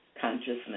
consciousness